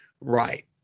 Right